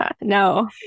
No